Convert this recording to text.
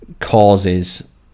causes